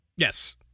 Yes